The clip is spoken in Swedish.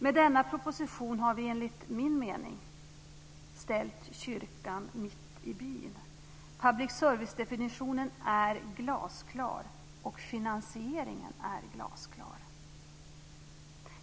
Med denna proposition har vi, enligt min mening, ställt kyrkan mitt i byn. Public service-definitionen är glasklar, och finansieringen är glasklar.